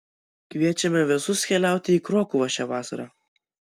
kviečiame visus keliauti į krokuvą šią vasarą